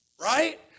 Right